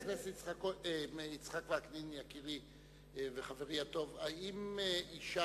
חבר הכנסת יצחק וקנין, יקירי וחברי הטוב, האם אשה